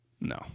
No